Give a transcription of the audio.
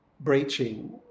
breaching